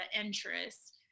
interest